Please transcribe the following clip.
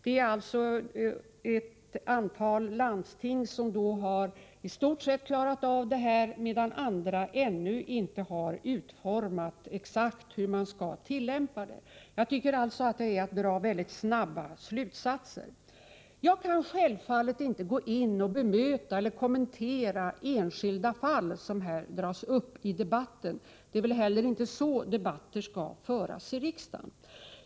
Ett antal landsting har i stort sett börjat tillämpa principerna i Dagmaröverenskommelsen, medan andra ännu inte har utformat exakt hur man skall göra det. Jag tycker därför att debattörerna här är väldigt snabba att dra slutsatser. Jag kan självfallet inte bemöta eller kommentera det som i debatten har sagts om enskilda fall — det är väl inte heller så debatter skall föras i riksdagen.